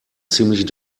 ziemlich